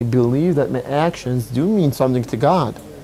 I believe that my actions do mean something to God.